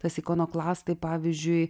tas ikonoklastai pavyzdžiui